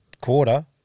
quarter